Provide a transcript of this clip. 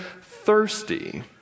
thirsty